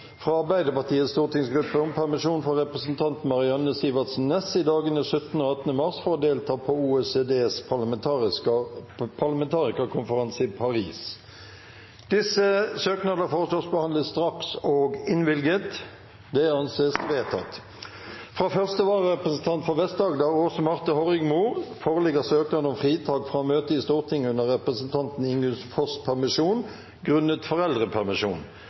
fra Arbeiderpartiets stortingsgruppe om permisjon for representanten Marianne Sivertsen Næss i dagene 17. og 18. mars for å delta på OECDs parlamentarikerkonferanse i Paris Disse søknader foreslås behandlet straks og innvilget. – Det anses vedtatt. Fra første vararepresentant for Vest-Agder, Aase Marthe J. Horrigmo , foreligger søknad om fritak fra å møte i Stortinget under representanten Ingunn Foss’ permisjon, grunnet foreldrepermisjon.